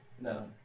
No